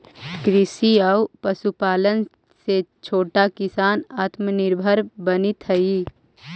कृषि आउ पशुपालन से छोटा किसान आत्मनिर्भर बनित हइ